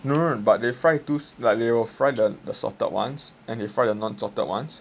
no no no but they fry two like they will fry the salted ones then they fry the non salted ones